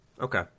Okay